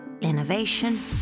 Innovation